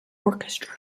orchestra